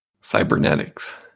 cybernetics